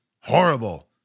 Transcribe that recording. horrible